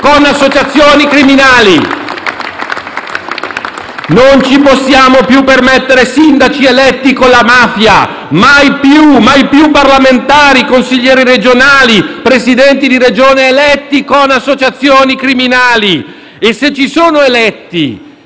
L-SP-PSd'Az e M5S)*. Non ci possiamo più permettere sindaci eletti con la mafia. Mai più parlamentari, consiglieri regionali, presidenti di Regione eletti con associazioni criminali! Se ci sono eletti